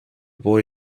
boy